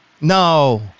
no